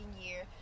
year